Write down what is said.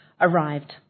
arrived